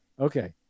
Okay